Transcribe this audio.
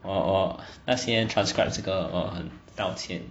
我我那些 transcribe 这个我很道歉